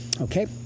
Okay